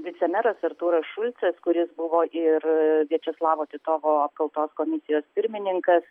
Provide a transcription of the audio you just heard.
vicemeras artūras šulcas kuris buvo ir viačeslavo titovo apkaltos komisijos pirmininkas